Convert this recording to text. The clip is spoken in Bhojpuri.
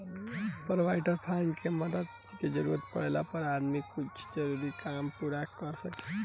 प्रोविडेंट फंड के मदद से जरूरत पाड़ला पर आदमी कुछ जरूरी काम पूरा कर सकेला